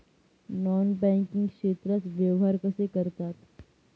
Non banking क्षेत्रात व्यवहार कसे करतात?